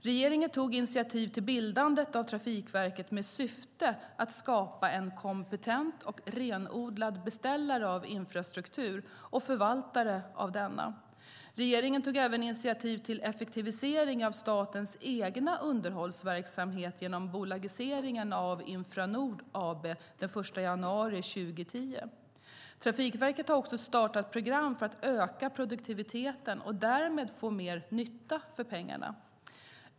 Regeringen tog initiativ till bildandet av Trafikverket med syfte att skapa en kompetent och renodlad beställare av infrastruktur och förvaltare av denna. Regeringen tog även initiativ till effektivisering av statens egen underhållsverksamhet genom bolagiseringen av Infranord AB den 1 januari 2010. Trafikverket har också startat program för att öka produktiviteten och därmed få mer nytta för pengarna.